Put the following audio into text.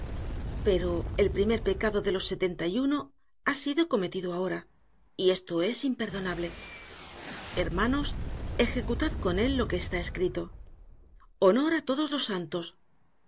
pero el primer pecado de los setenta y uno ha sido cometido ahora y esto es imperdonable hermanos ejecutad con él lo que está escrito honor a todos los santos